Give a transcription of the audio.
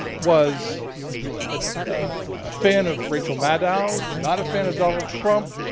was a fan of rachel maddow, not a fan of donald trump,